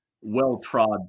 well-trod